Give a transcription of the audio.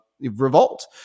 revolt